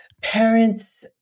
parents